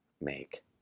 Make